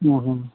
ᱦᱮᱸ ᱦᱮᱸ